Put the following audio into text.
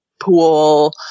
pool